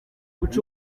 ati